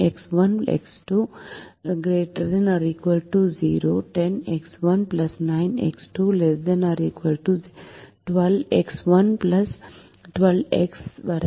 X 1 x 2 ≥ 0 10 x 1 9 x 2 ≤ 12 x 1 12 x 2 வரை